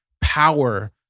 power